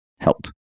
helped